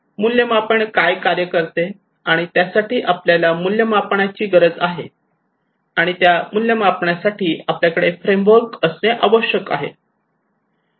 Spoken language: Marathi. मूल्यमापन काय कार्य करते आणि त्यासाठी आपल्याला मूल्यमापनाची गरज आहे आणि त्या मूल्यमापनासाठी आपल्याकडे असणे आवश्यक आहे